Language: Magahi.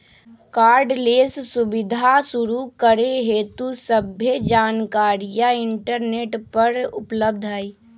कार्डलेस सुबीधा शुरू करे हेतु सभ्भे जानकारीया इंटरनेट पर उपलब्ध हई